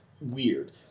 weird